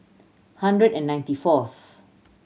hundred and ninety fourth